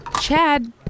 Chad